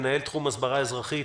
מנהל תחום הסברה אזרחית